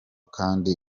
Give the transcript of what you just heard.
kandi